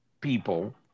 people